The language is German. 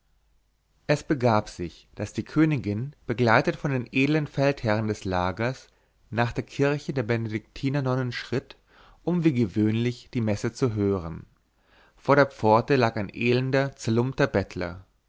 es begab sich daß die königin begleitet von den edlen feldherren des lagers nach der kirche der benedektiner nonnen schritt um wie gewöhnlich die messe zu hören vor der pforte lag ein elender zerlumpter bettler